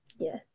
Yes